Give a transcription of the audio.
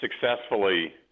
successfully